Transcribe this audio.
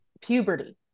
puberty